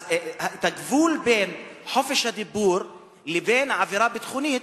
אז את הגבול בין חופש הדיבור לבין עבירה ביטחונית,